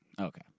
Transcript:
Okay